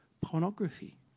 pornography